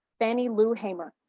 fannie lou hamer,